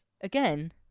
again